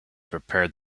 prepared